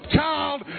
child